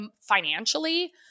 financially